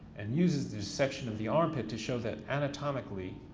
and uses this section of the armpit to show that anatomically,